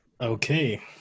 Okay